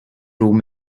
room